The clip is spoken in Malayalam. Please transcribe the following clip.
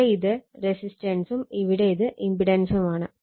അവിടെ ഇത് റെസിസ്റ്റൻസും ഇവിടെ ഇത് ഇമ്പിടൻസുമാണ്